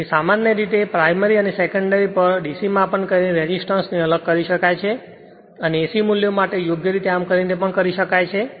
તેથી સામાન્ય રીતે પ્રાઇમરી અને સેકન્ડરી પર DC માપન કરીને રેસિસ્ટન્સ ને અલગ કરી શકાય છે અને AC મૂલ્યો માટે યોગ્ય રીતે આમ કરીને પણ કરી શકાય છે